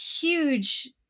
huge